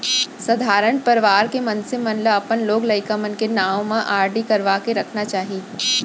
सधारन परवार के मनसे मन ल अपन लोग लइका मन के नांव म आरडी करवा के रखना चाही